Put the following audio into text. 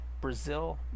Brazil